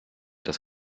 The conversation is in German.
das